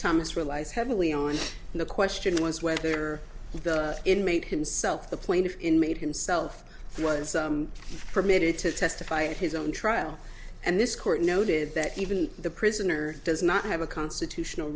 thomas relies heavily on the question was whether the inmate himself the plaintiff inmate himself was permitted to testify at his own trial and this court noted that even the prisoner does not have a constitutional